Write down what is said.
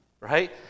right